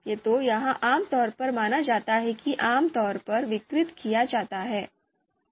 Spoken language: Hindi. तो यह आमतौर पर माना जाता है कि आम तौर पर वितरित किया जाता है